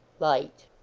light.